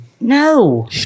No